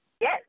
Yes